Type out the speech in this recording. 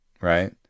right